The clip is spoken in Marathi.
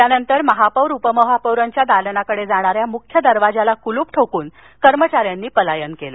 यानंतर महापौर उपमहापौरांच्या दालनाकडे जाणाऱ्या मुख्य दरवाजाला कुलूप ठोकून कर्मचाऱ्यांनी पलायन केलं